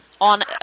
on